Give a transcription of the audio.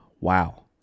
Wow